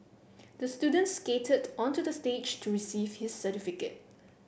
the student skated onto the stage to receive his certificate